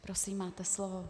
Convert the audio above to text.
Prosím, máte slovo.